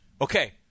Okay